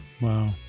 wow